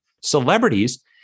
celebrities